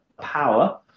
power